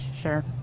sure